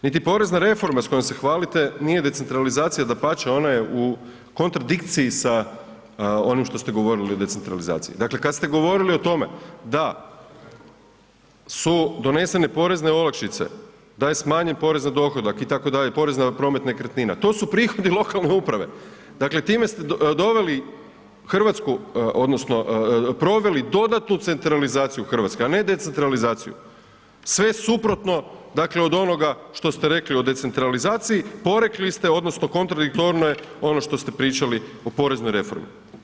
Niti porezna reforma s kojom se hvalite nije decentralizacija, dapače ona je u kontradikciji sa onim što ste govorili o decentralizaciji, dakle kad ste govorili o tome da su donesene porezne olakšice, da je smanjen porez na dohodak itd., porez na promet nekretnina, to su prihodi lokalne uprave, dakle time ste doveli RH odnosno proveli dodatnu centralizaciju RH, a ne decentralizaciju, sve suprotno dakle od onoga što ste rekli o decentralizaciji, porekli ste odnosno kontradiktorno je ono što ste pričali o poreznoj reformi.